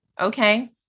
Okay